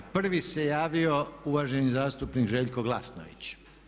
Prvi se javio uvaženi zastupnik Željko Glasnović.